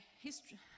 history